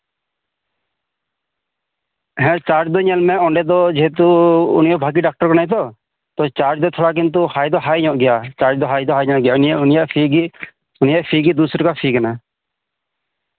ᱦᱮᱸ ᱪᱟᱨᱡ ᱫᱚ ᱧᱮᱞ ᱢᱮ ᱚᱸᱰᱮ ᱫᱚ ᱠᱤᱱᱛᱩ ᱩᱱᱤ ᱦᱚᱸ ᱵᱷᱟᱜᱤ ᱰᱟᱠᱛᱟᱨ ᱠᱟᱱᱟᱭ ᱛᱚ ᱛᱚ ᱪᱟᱨᱡ ᱫᱚ ᱛᱷᱚᱲᱟ ᱫᱚ ᱦᱟᱭ ᱫᱚ ᱦᱟᱭ ᱧᱚᱜ ᱜᱮᱭᱟ ᱪᱟᱡ ᱫᱚ ᱦᱟᱭ ᱫᱚ ᱦᱟᱭ ᱧᱚᱜ ᱜᱮᱭᱟ ᱩᱱᱤᱭᱟᱜ ᱯᱷᱤ ᱜᱮ ᱫᱩᱥᱚ ᱴᱟᱠᱟ ᱯᱷᱤ ᱠᱟᱱᱟ